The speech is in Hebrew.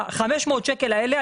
ה-500 שקל האלה,